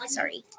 sorry